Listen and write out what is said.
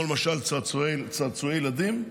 כמו למשל צעצועי ילדים,